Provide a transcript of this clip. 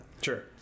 Sure